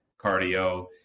cardio